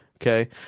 okay